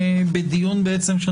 החוקה, חוק ומשפט בדיון משולב